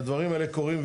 והדברים האלה קורים.